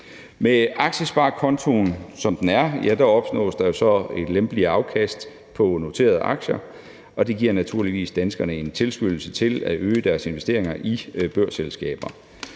Med aktiesparekontoen, som den er, opnås der så et lempeligere afkast på noterede aktier, og det giver naturligvis danskerne en tilskyndelse til at øge deres investeringer i børsselskaber.